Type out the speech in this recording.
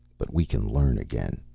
but we can learn again.